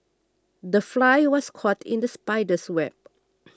the fly was caught in the spider's web